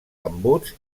embuts